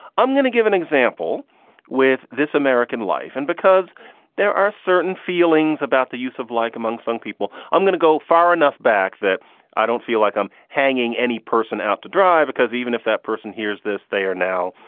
i'm going to give an example with this american life. and because there are certain feelings about the use of like amongst young people, i'm going to go far enough back that i don't feel like i'm hanging any person out to dry, dry, because even if that person hears this, they are now,